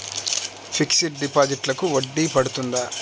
Fixed డిపాజిట్లకు వడ్డీ పడుతుందా?